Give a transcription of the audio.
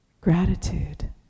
Gratitude